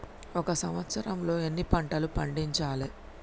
ఒక సంవత్సరంలో ఎన్ని పంటలు పండించాలే?